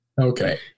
Okay